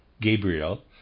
Gabriel